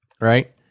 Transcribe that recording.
right